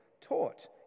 taught